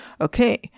okay